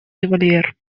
револьвер